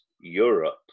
Europe